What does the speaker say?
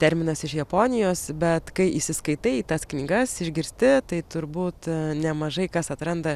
terminas iš japonijos bet kai įsiskaitai į tas knygas išgirsti tai turbūt nemažai kas atranda